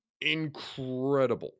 incredible